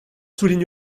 souligne